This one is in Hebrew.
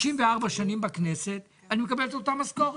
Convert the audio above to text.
שנים בכנסת מקבל את אותה משכורת.